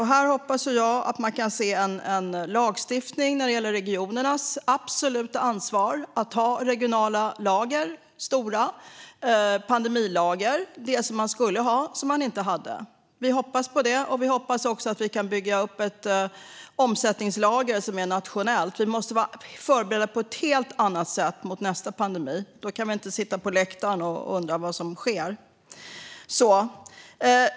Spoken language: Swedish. Här hoppas jag att vi får se lagstiftning när det gäller regionernas absoluta ansvar att ha regionala lager, stora pandemilager, det som man skulle ha men inte hade. Vi hoppas på det, och vi hoppas att vi kan bygga upp ett omsättningslager som är nationellt. Vi måste vara förberedda på ett helt annat sätt för nästa pandemi. Då kan vi inte sitta på läktaren och undra vad som sker.